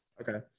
Okay